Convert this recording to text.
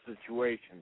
situation